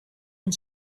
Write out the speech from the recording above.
and